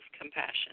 compassion